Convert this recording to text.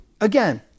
again